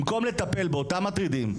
במקום לטפל באותם מטרידים,